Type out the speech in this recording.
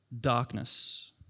darkness